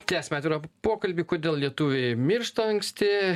tęsiame atvirą pokalbį kodėl lietuviai miršta anksti